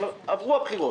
אבל עברו הבחירות.